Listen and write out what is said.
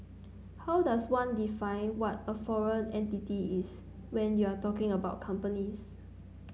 how does one define what a foreign entity is when you're talking about companies